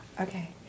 Okay